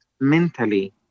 mentally